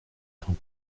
craint